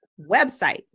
website